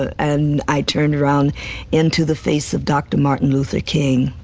and i turned around into the face of dr. martin luther king,